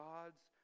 God's